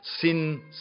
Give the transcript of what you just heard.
Sin